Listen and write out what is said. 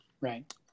Right